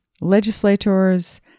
legislators